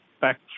back